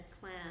clan